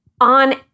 on